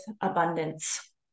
abundance